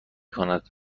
کند